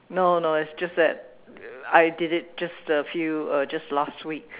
no no it's just that I did it just a few uh just last week